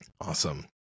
Awesome